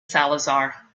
salazar